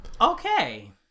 Okay